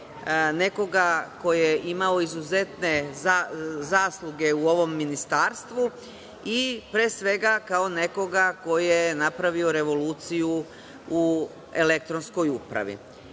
nekoga ko je imao izuzetne zasluge u ovom ministarstvu i, pre svega, kao nekoga ko je napravio revoluciju u elektronskoj upravi.